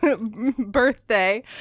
birthday